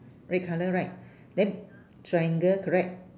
red colour right then triangle correct